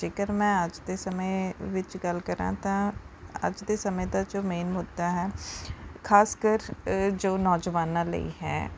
ਜੇਕਰ ਮੈਂ ਅੱਜ ਦੇ ਸਮੇਂ ਵਿੱਚ ਗੱਲ ਕਰਾਂ ਤਾਂ ਅੱਜ ਦੇ ਸਮੇਂ ਦਾ ਜੋ ਮੇਨ ਮੁੱਦਾ ਹੈ ਖਾਸਕਰ ਜੋ ਨੌਜਵਾਨਾਂ ਲਈ ਹੈ